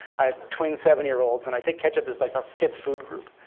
i have twin seven-year-olds, and i think ketchup is like our fifth food group.